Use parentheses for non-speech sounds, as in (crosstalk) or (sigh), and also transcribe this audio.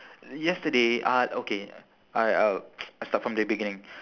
yesterday uh okay I I'll (noise) I start from the beginning